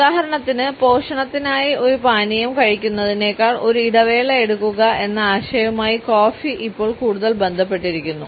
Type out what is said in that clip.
ഉദാഹരണത്തിന് പോഷണത്തിനായി ഒരു പാനീയം കഴിക്കുന്നതിനേക്കാൾ ഒരു ഇടവേള എടുക്കുക എന്ന ആശയവുമായി കോഫി ഇപ്പോൾ കൂടുതൽ ബന്ധപ്പെട്ടിരിക്കുന്നു